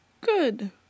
Good